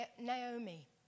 Naomi